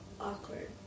awkward